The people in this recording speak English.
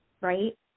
right